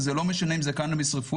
וזה לא משנה אם זה קנאביס רפואי,